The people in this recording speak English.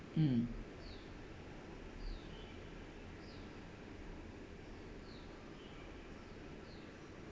mm